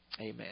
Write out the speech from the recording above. Amen